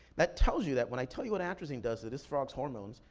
that tells you that when i tell you what atrazine does to this frog's hormones,